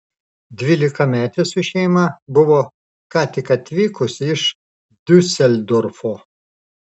dvylikametė su šeima buvo ką tik atvykusi iš diuseldorfo